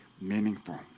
meaningful